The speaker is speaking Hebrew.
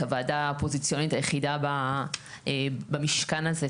כוועדה האופוזיציונית היחידה במשכן הזה,